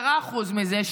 10% מזה,